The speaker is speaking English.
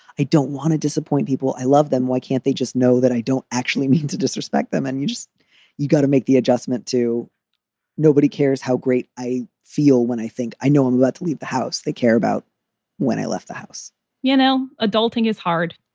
i don't want to disappoint people. i love them. why can't they just know that i don't actually mean to disrespect them? and you just you've got to make the adjustment to nobody cares how great i feel when i think i know i'm about but to leave the house they care about when i left the house you know, adult thing is hard,